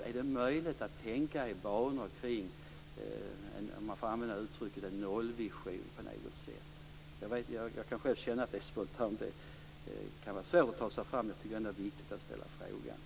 Är det möjligt att tänka i banor kring en nollvision? Jag kan själv spontant känna att det kan vara svårt, men samtidigt tycker jag att det är viktigt att ställa den frågan.